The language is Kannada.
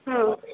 ಹಾಂ